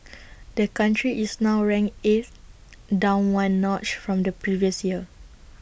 the country is now ranked eighth down one notch from the previous year